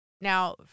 Now